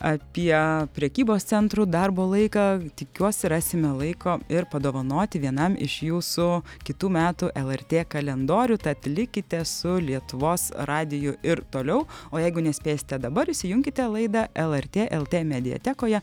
apie prekybos centrų darbo laiką tikiuosi rasime laiko ir padovanoti vienam iš jūsų kitų metų lrt kalendorių tad likite su lietuvos radiju ir toliau o jeigu nespėsite dabar įsijunkite laidą lrt lt mediatekoje